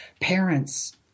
parents